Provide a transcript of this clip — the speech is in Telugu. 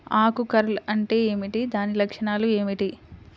ఆకు కర్ల్ అంటే ఏమిటి? దాని లక్షణాలు ఏమిటి?